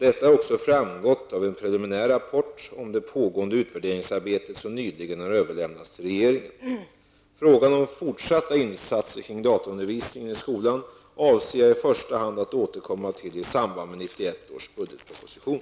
Detta har också framgått av en preliminär rapport om det pågående utvärderingsarbetet som nyligen har överlämnats till regeringen. Frågan om fortsatta insatser kring dataundervisningen i skolan avser jag i första hand att återkomma till i samband med 1991 års budgetproposition.